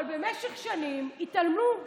אבל במשך שנים התעלמו,